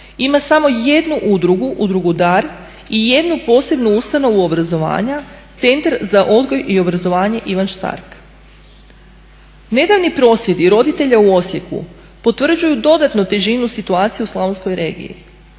ima samo jednu udrugu, Udrugu "Dar" i jednu posebnu ustanovu obrazovanja Centar za odgoj i obrazovanje "Ivan Štark". Nedavni prosvjedi roditelja u Osijeku potvrđuju dodatnu težinu situacije u slavonskoj regiji.